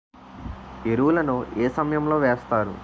ఎరువుల ను ఏ సమయం లో వేస్తారు?